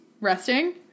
resting